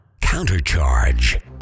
CounterCharge